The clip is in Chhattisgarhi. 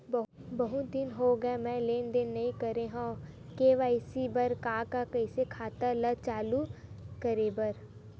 बहुत दिन हो गए मैं लेनदेन नई करे हाव के.वाई.सी बर का का कइसे खाता ला चालू करेबर?